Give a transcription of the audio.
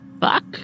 fuck